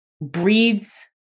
breeds